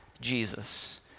Jesus